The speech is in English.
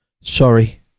Sorry